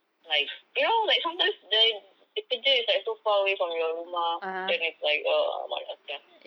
life you know like sometimes the the kerja is like so far away from your rumah then it's like ugh malas ya